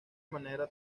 manera